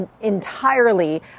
entirely